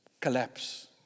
Collapse